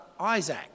Isaac